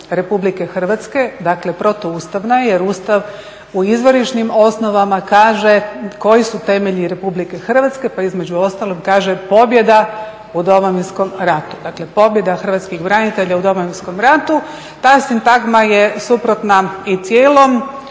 suprotna Ustavu RH, dakle protuustavna je jer Ustav u izvorišnim osnovama kaže koji su temelji RH pa između ostalog kaže pobjeda u Domovinskom ratu. Dakle, pobjeda hrvatskih branitelja u Domovinskom ratu. Ta sintagma je suprotna i cijelom